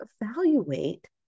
evaluate